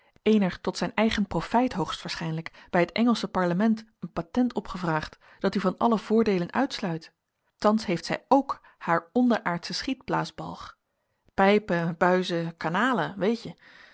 ener tot zijn eigen profijt hoogstwaarschijnlijk bij het engelsche parlement een patent op gevraagd dat u van alle voordeelen uitsluit thans heeft zij ook haar onderaardschen schietblaasbalg pijpen buizen kanalen weetje